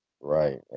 Right